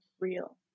real